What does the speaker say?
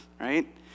right